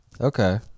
Okay